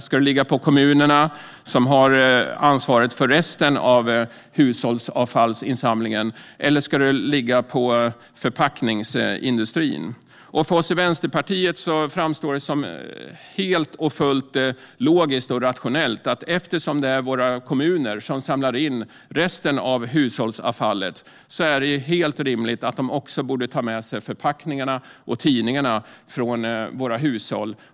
Ska det ligga på kommunerna, som har ansvar för resten av hushållsavfallsinsamlingen, eller ska det ligga på förpackningsindustrin? För oss i Vänsterpartiet framstår det som helt och fullt logiskt och rationellt att våra kommuner, som samlar in resten av hushållsavfallet, också borde samla in och ta med sig förpackningarna och tidningarna från våra hushåll.